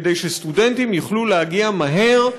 כדי שסטודנטים יוכלו להגיע מהר,